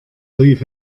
leave